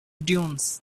dunes